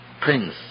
prince